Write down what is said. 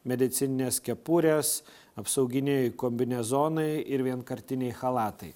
medicininės kepurės apsauginiai kombinezonai ir vienkartiniai chalatai